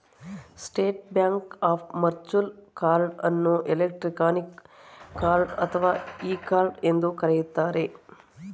state Bank of virtual card ಅನ್ನು electronic card ಅಥವಾ e card ಎಂದು ಕರೆಯುತ್ತಾರೆ